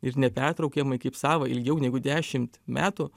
ir nepertraukiamai kaip savą ilgiau negu dešimt metų